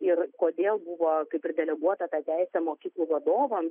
ir kodėl buvo kaip ir deleguota ta teisė mokyklų vadovams